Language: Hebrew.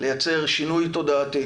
לייצר שינוי תודעתי,